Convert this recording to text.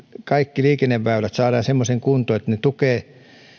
kaikki meidän liikenneväylämme saadaan semmoiseen kuntoon että ne tukevat